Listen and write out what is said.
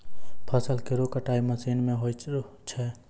फसल केरो कटाई मसीन सें होय छै